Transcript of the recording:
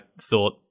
thought